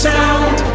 sound